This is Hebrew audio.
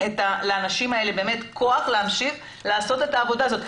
לאנשים האלה כוח לעשות את העבודה הזאת.